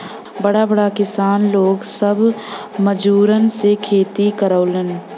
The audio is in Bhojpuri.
बड़ा बड़ा किसान लोग सब मजूरन से खेती करावलन